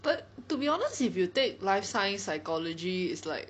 but to be honest if you take life science psychology is like